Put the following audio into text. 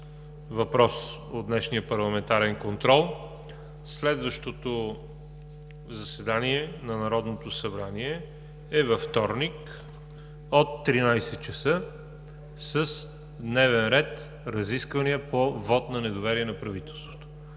въпрос от днешния парламентарен контрол. Следващото заседание на Народното събрание е във вторник от 13,00 ч. с дневен ред: Разисквания по вот на недоверие на правителството.